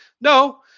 no